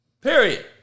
period